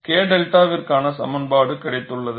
K 𝛅 விற்கான சமன்பாடு கிடைத்துள்ளது